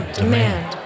demand